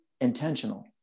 intentional